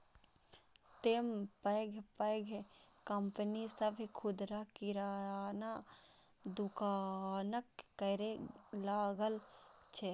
तें पैघ पैघ कंपनी सभ खुदरा किराना दोकानक करै लागल छै